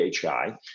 PHI